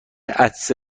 عطسه